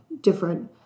different